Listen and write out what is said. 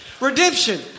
Redemption